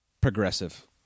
progressive